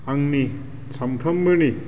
आंनि सानफ्रोमबोनि